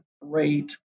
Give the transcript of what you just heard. rate